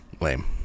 Lame